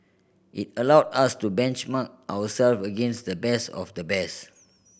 it allowed us to benchmark ourself against the best of the best